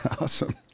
awesome